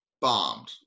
Bombed